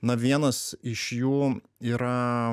na vienas iš jų yra